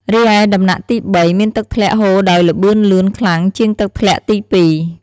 រីឯដំណាក់ទី៣ មានទឹកធ្លាក់ហូរដោយល្បឿនលឿនខ្លាំងជាងទឹកធ្លាក់ទី២។